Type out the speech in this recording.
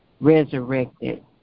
resurrected